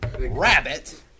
Rabbit